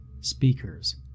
speakers